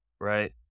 right